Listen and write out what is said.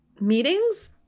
meetings